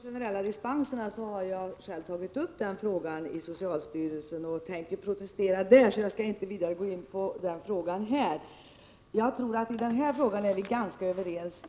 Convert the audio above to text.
Herr talman! Frågan om de generella dispenserna har jag själv tagit upp i socialstyrelsen och tänker protestera där. Jag skall därför inte vidare gå in på den frågan nu. Jag tror att vi trots allt i grunden är ganska överens.